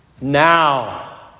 Now